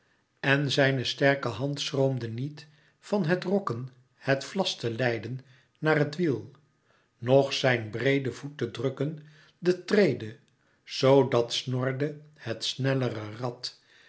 en zijne sterke hand schroomde niet van het rokken het vlas te leiden naar het wiel noch zijn breede voet te drukken de trede zoo dat snorde het snellere rad